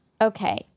okay